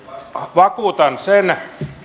vakuutan